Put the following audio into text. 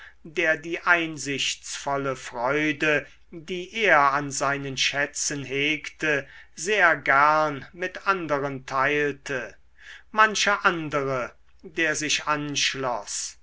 der die einsichtsvolle freude die er an seinen schätzen hegte sehr gern mit anderen teilte mancher andere der sich